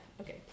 okay